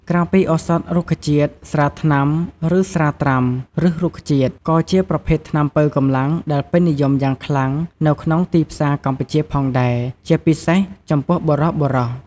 ក្រៅពីឱសថរុក្ខជាតិ ស្រាថ្នាំ ឬ ស្រាត្រាំឫសរុក្ខជាតិ ក៏ជាប្រភេទថ្នាំប៉ូវកម្លាំងដែលពេញនិយមយ៉ាងខ្លាំងនៅក្នុងទីផ្សារកម្ពុជាផងដែរ ជាពិសេសចំពោះបុរសៗ។